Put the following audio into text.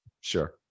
Sure